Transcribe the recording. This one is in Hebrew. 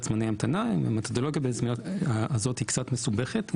זמני המתנה המתודולוגיה הזאת היא קצת מסובכת,